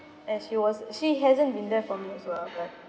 and she was she hasn't been there for me also ah but